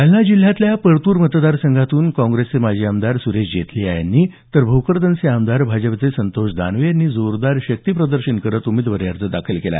जालना जिल्ह्यातल्या परतूर मतदार संघातून काँग्रेसचे माजी आमदार सुरेश जेथलिया यांनी तर भोकरदनचे आमदार भाजपचे संतोष दानवे यांनी जोरदार शक्तीप्रदर्शन करत उमेदवारी अर्ज दाखल केला